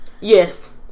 Yes